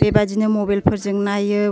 बेबायदिनो मबाइल फोरजों नायो